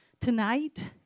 tonight